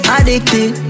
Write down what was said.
Addicted